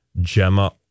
Gemma